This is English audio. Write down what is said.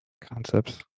concepts